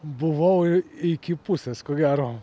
buvau iki pusės ko gero